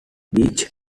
beach